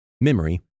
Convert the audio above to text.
memory